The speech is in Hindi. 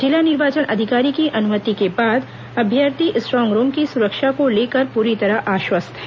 जिला निर्वाचन अधिकारी की अनुमति के बाद अभ्यर्थी स्ट्रांग रूम की सुरक्षा को लेकर पूरी तरह आश्वस्त हैं